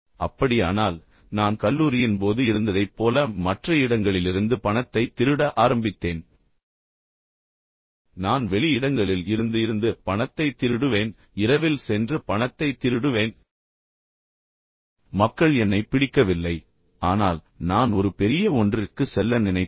அப்படியானால் நான் கல்லூரியின் போது இருந்ததைப் போல மற்ற இடங்களிலிருந்து பணத்தை திருட ஆரம்பித்தேன் நான் வெளி இடங்களில் இருந்து இருந்து பணத்தை திருடுவேன் இரவில் சென்று பணத்தை திருடுவேன் மக்கள் என்னைப் பிடிக்கவில்லை ஆனால் நான் ஒரு பெரிய ஒன்றிற்கு செல்ல நினைத்தேன்